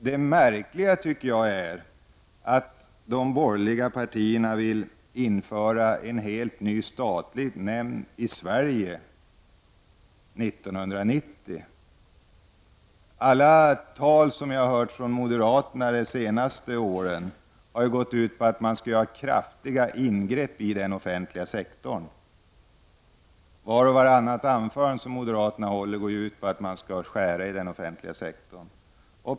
Det märkliga tycker jag är att de borgerliga partierna vill införa en helt ny statlig nämnd i Sverige år 1990. Alla tal som jag har hört från moderaterna de senaste åren har gått ut på att vi skall göra kraftiga ingreppi den offentliga sektorn. Vart och vartannat anförande som hålls av moderater går ju ut på att vi skall skära i den offentliga sektorn.